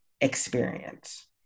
experience